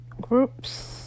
groups